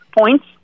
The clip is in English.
points